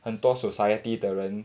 很多 society 的人